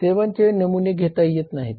सेवांचे नमुने घेता येत नाहीत